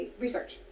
research